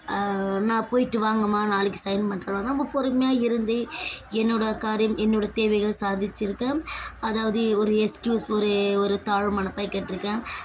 நான் போய்ட்டு வாங்கம்மா நாளைக்கு சைன் பண்ணுறேன் நம்ம பொறுமையாக இருந்து என்னோடய காரியம் என்னோடய தேவைகளை சாதிச்சிருக்கேன் அதாவது ஒரு எஸ்க்யூஸ் ஒரு ஒரு தாழ்வு மனப்பா கேட்டிருக்கேன்